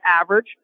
average